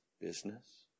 business